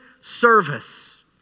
service